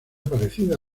parecida